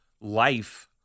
life